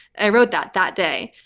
i wrote that, that day.